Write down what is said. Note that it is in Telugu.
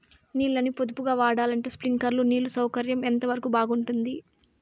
నీళ్ళ ని పొదుపుగా వాడాలంటే స్ప్రింక్లర్లు నీళ్లు సౌకర్యం ఎంతవరకు బాగుంటుంది?